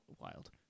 wild